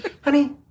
Honey